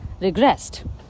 regressed